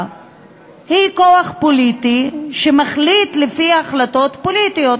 היא כוח פוליטי שמחליט לפי החלטות פוליטיות.